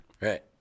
Right